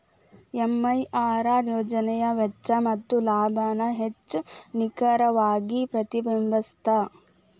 MIRR ಯೋಜನೆಯ ವೆಚ್ಚ ಮತ್ತ ಲಾಭಾನ ಹೆಚ್ಚ್ ನಿಖರವಾಗಿ ಪ್ರತಿಬಿಂಬಸ್ತ